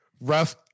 Rough